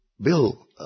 Bill